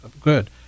good